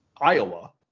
Iowa